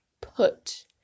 put